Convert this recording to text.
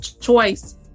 choice